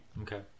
Okay